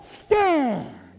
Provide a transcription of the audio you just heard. stand